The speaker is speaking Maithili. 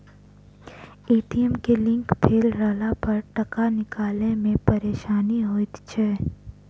ए.टी.एम के लिंक फेल रहलापर टाका निकालै मे परेशानी होइत छै